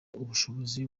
ubushobozi